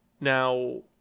now